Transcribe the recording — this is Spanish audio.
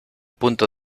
punto